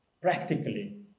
practically